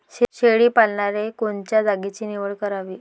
शेळी पालनाले कोनच्या जागेची निवड करावी?